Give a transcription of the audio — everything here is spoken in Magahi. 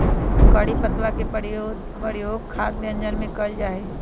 करी पत्तवा के प्रयोग खाद्य व्यंजनवन में कइल जाहई